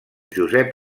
josep